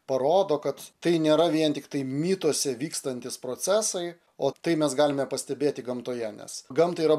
parodo kad tai nėra vien tiktai mituose vykstantys procesai o tai mes galime pastebėti gamtoje nes gamtai yra